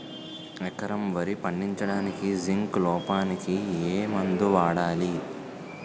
ఎకరం వరి పండించటానికి జింక్ లోపంకి ఏ మందు వాడాలి?